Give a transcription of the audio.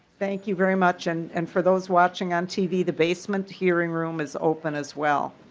thank you very much and and for those watching on tv the basement hearing room is open as well.